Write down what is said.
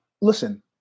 listen